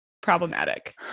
Problematic